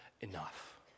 enough